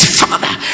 father